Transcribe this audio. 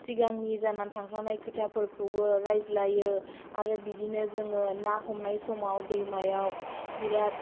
सिगांनि जानानै थांखांनाय खोथाफोरखौबो रायज्लायो आरो बिदिनो जोङो ना हमनाय समाव दैमायाव बिराथ